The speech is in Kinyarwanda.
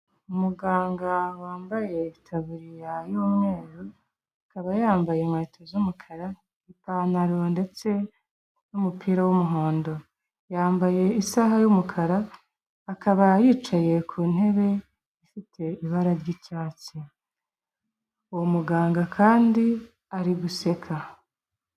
Umuganga wambaye itabu y'umweru, akaba yambaye inkweto z'umukara, ipantaro ndetse n'umupira w'umuhondo. Yambaye isaha y'umukara, akaba yicaye ku ntebe ifite ibara ry'icyatsi. Uwo muganga kandi ari guseka.